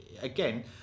again